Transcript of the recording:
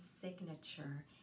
signature